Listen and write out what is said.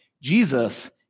Jesus